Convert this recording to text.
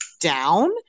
down